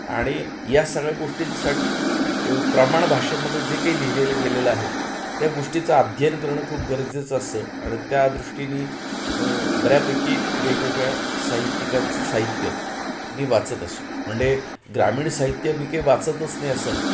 आणि या सगळ्या गोष्टींसाठी प्रमाण भाषेमध्ये जे काही लिहिलेलं गेलेलं आहे त्या गोष्टीचा अध्ययन करणं खूप गरजेचं असं आणि त्या दृष्टीने बऱ्यापैकी वेगवेगळ्या साहित्यिकांचं साहित्य मी वाचत असो म्हणजे ग्रामीण साहित्य मी काही वाचतच नाही असं नाही